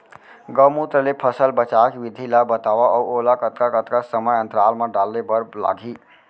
गौमूत्र ले फसल बचाए के विधि ला बतावव अऊ ओला कतका कतका समय अंतराल मा डाले बर लागही?